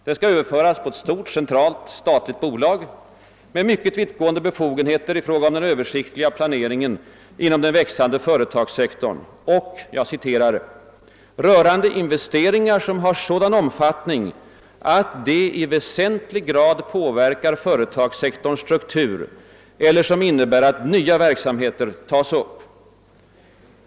Det skall överföras på ett stort centralt statligt bolag med mycket vittgående befogenheter i fråga om den översiktliga planeringen inom den växande företagssektorn och >»rörande investeringar som har en sådan omfattning att de i väsentlig grad påverkar företagssektorns struktur eller som innebär att nya verksamheter tas upp«.